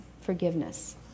forgiveness